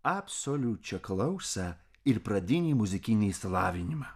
absoliučią klausą ir pradinį muzikinį išsilavinimą